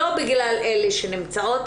לא בגלל אלה שנמצאות,